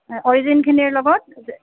অৰিজিনখিনিৰ লগত